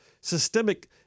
systemic